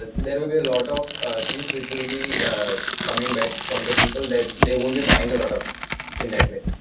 ah there will be a lot of things which will be coming back from the people that they won't be buying a lot of things in that way.